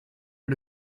her